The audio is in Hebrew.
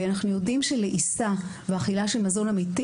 אנחנו יודעים שלעיסה ואכילה של מזון אמיתי